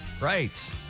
right